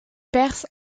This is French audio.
perce